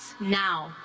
now